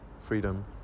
freedom